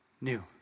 new